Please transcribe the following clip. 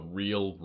real